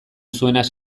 zuenaz